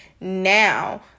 Now